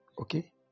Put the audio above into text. Okay